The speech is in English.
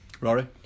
Rory